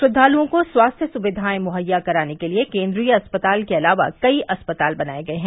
श्रद्वालुओं को स्वास्थ्य सुविधाए मुहैया कराने के लिये केन्द्रीय अस्पताल के अलावा कई अस्पताल बनाये गये हैं